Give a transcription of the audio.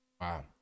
Wow